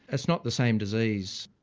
it's not the same disease.